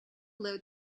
load